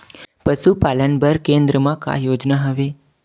पशुपालन बर केन्द्र म का योजना हवे?